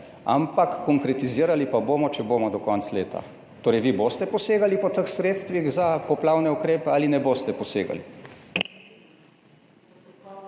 ampak konkretizirali pa bomo, če bomo, do konca leta. Torej, vi boste posegali po teh sredstvih za poplavne ukrepe ali ne boste posegali?